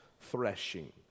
threshing